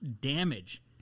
damage